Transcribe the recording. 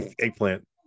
eggplant